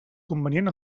convenient